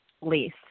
lease